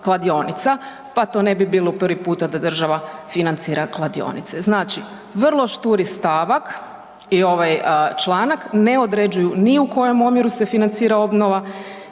pa to ne bi bilo prvi puta da država financira kladionice. Znači vrlo šturi stavak je ovaj članak, ne određuju ni u kojem omjeru se financira obnova,